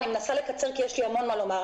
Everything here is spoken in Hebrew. אני מנסה לקצר כי יש לי המון מה לומר.